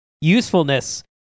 usefulness